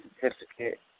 certificate